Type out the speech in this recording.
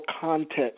context